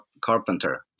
carpenter